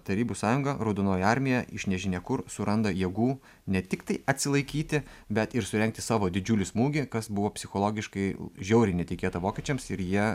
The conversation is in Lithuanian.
tarybų sąjunga raudonoji armija iš nežinia kur suranda jėgų ne tiktai atsilaikyti bet ir surengti savo didžiulį smūgį kas buvo psichologiškai žiauriai netikėta vokiečiams ir jie